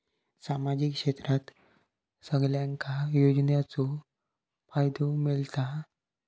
सामाजिक क्षेत्रात सगल्यांका योजनाचो फायदो मेलता?